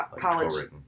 college